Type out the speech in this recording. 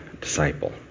Disciple